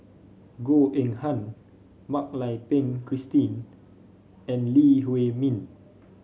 Goh Eng Han Mak Lai Peng Christine and Lee Huei Min